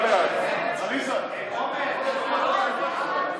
ואת הצעת חוק פיקוח על רווחי שיווק בתוצרת חקלאית,